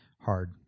hard